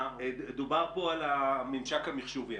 דובר פה על הממשק המחשובי.